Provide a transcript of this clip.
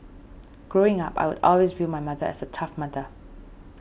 growing up I would always viewed my mother as a tough mother